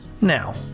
Now